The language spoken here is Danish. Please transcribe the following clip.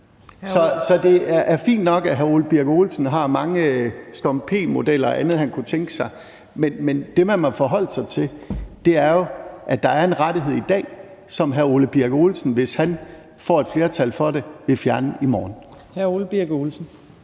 Så det er fint nok, at hr. Ole Birk Olesen har mange Storm P.-modeller og andet, han kunne tænke sig, men det, man må forholde sig til, er jo, at der er en rettighed i dag, som hr. Ole Birk Olesen, hvis han får et flertal for det, vil fjerne i morgen.